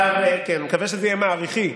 אני מקווה שזה יהיה מעריכי.